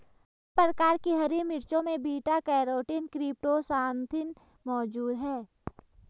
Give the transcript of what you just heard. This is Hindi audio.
हर प्रकार की हरी मिर्चों में बीटा कैरोटीन क्रीप्टोक्सान्थिन मौजूद हैं